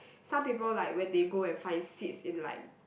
some people like when they go and find seats in like